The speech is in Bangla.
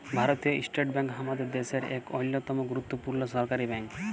ভারতীয় ইস্টেট ব্যাংক আমাদের দ্যাশের ইক অল্যতম গুরুত্তপুর্ল সরকারি ব্যাংক